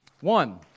One